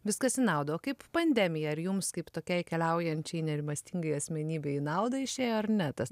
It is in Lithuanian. viskas į naudą o kaip pandemija ar jums kaip tokiai keliaujančiai nerimastingai asmenybei į naudą išėjo ar ne tas